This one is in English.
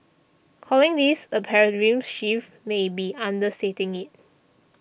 calling this a shift may be understating it